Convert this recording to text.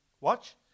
watch